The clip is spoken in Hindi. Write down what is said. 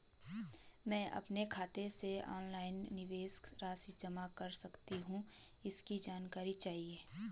मैं अपने खाते से ऑनलाइन निवेश राशि जमा कर सकती हूँ इसकी जानकारी चाहिए?